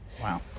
Wow